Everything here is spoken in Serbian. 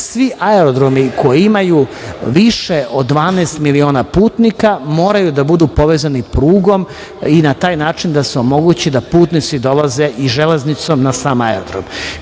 svi aerodromi koji imaju više od 12 miliona putnika moraju da budu povezani prugom i na taj način da se omogući da putnici dolaze i železnicom na sam aerodrom. Kako